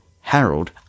Harold